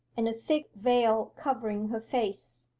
and a thick veil covering her face.